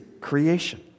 creation